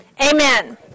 amen